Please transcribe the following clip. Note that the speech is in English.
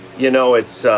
you know, it's